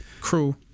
crew